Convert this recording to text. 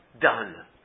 done